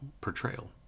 portrayal